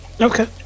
okay